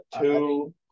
two